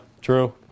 true